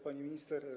Pani Minister!